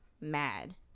mad